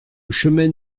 chemin